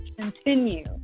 continue